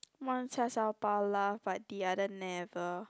one cha shao pao laugh but the other never